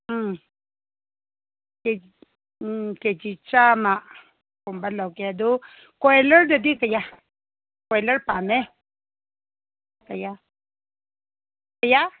ꯎꯝ ꯎꯝ ꯀꯦꯖꯤ ꯆꯥꯃꯒꯨꯝꯕ ꯂꯧꯒꯦ ꯑꯗꯨ ꯀꯣꯏꯂꯔꯗꯗꯤ ꯀꯌꯥ ꯀꯣꯏꯂꯔ ꯄꯥꯝꯃꯦ ꯀꯌꯥ ꯀꯌꯥ